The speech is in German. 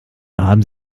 haben